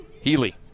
Healy